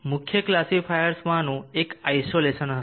મુખ્ય ક્લાસિફાયર્સમાંનું એક આઇસોલેસન હશે